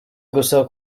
gusa